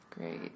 Great